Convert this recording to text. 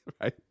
Right